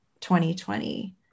2020